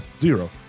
zero